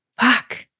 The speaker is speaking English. fuck